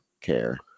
care